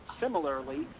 similarly